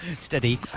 Steady